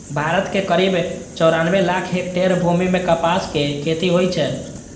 भारत मे करीब चौरानबे लाख हेक्टेयर भूमि मे कपासक खेती होइ छै